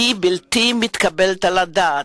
היא בלתי מתקבלת על הדעת,